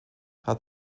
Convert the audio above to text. hat